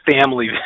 family